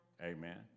Amen